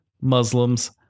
Muslims